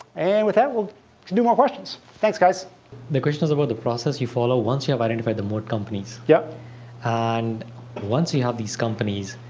and with that, we'll do more questions. thanks, guys. audience the question is about the process you follow once you have identified the moat companies. yeah and once you have these companies,